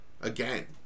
again